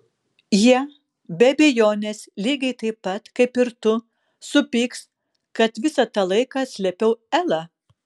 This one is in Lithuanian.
jie be abejonės lygiai taip pat kaip ir tu supyks kad visą tą laiką slėpiau elą